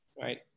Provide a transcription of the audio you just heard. right